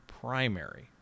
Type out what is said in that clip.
primary